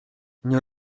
nie